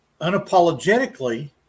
unapologetically